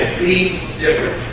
be different